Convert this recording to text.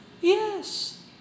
Yes